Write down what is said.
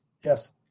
yes